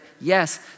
yes